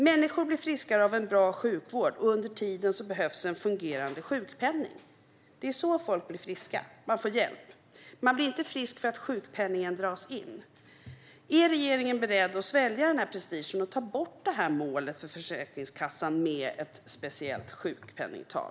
Människor blir friskare av en bra sjukvård, och under tiden behövs en fungerande sjukpenning. Det är så människor blir friska - de får hjälp. Man blir inte frisk för att sjukpenningen dras in. Är regeringen beredd att svälja prestigen och ta bort målet för Försäkringskassan med ett speciellt sjukpenningtal?